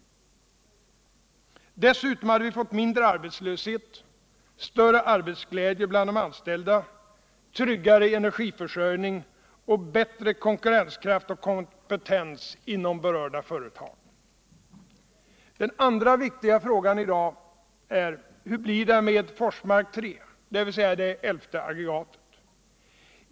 Dessutom hade vi fått mindre arbetslöshet, större arbetsglädje bland de anställda, tryggare energiförsörjning och bättre konkurrenskraft och kompetens inom berörda företag. Den andra viktiga frågan i dag är: Hur blir det med Forsmark 3, dvs. det elfte aggregatet?